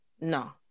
no